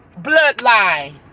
bloodline